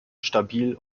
stabil